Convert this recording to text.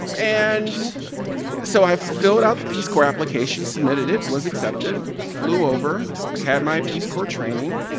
and so i filled out the peace corps application, submitted it, was accepted, flew over, had my peace corps training.